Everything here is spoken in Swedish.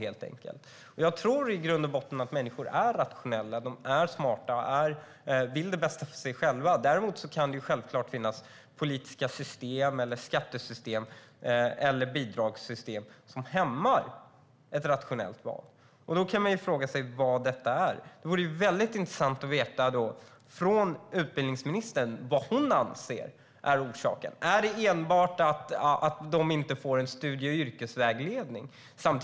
Jag tror att människor i grund och botten är rationella, smarta och vill sitt eget bästa. Men det kan finnas politiska system som genom skatter eller bidrag hämmar ett rationellt val. Frågan är vad detta är. Det vore intressant att höra vad arbetsmarknadsministern anser är orsaken. Är det enbart att de inte får studie och yrkesvägledning?